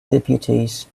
deputies